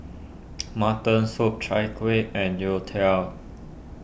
Mutton Soup Chai Kueh and Youtiao